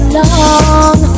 long